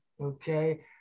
okay